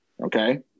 Okay